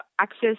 access